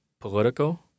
political